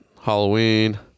Halloween